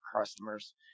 customers